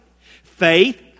Faith